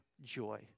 joy